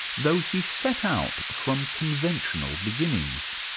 though he set out from conventional beginnings.